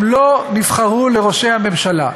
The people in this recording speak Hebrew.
הם לא נבחרו לראשי הממשלה.